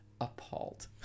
appalled